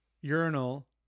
urinal